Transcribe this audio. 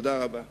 תודה רבה.